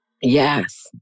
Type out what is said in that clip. Yes